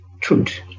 truth